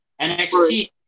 NXT